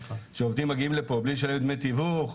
שהעובדים מגיעים לפה בלי לשלם דמי תיווך,